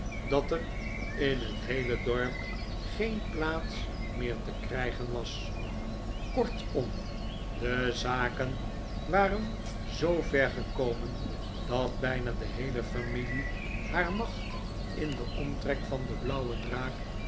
dat er in het heele dorp geen plaats meer te krijgen was kortom de zaken waren zoover gekomen dat bijna de heele familie haar macht in den omtrek van de blauwe draak